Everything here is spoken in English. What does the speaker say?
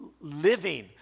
living